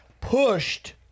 pushed